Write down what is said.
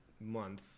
month